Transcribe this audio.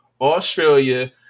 Australia